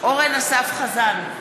אורן אסף חזן,